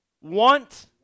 want